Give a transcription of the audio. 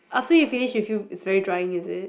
after you finish you feel it's very drying is it